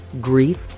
grief